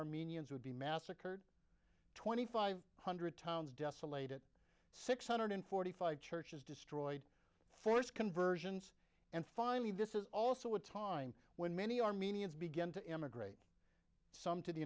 armenians would be massacred twenty five hundred towns desolated six hundred forty five churches destroyed forced conversions and finally this is also a time when many armenians begin to emigrate some to the